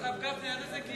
הרב גפני, עד איזה גיל?